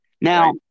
Now